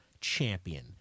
champion